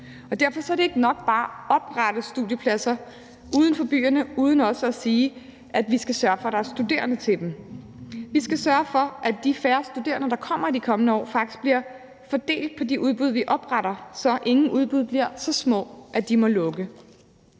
Derfor er det ikke nok bare at oprette studiepladser uden for de store byer uden også at sige, at vi skal sørge for, at der er studerende til dem. Vi skal sørge for, at de færre studerende, der kommer i de kommende år, faktisk bliver fordelt på de uddannelsesudbud, vi opretter, så ingen udbud bliver så små, at de må lukke.